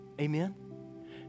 Amen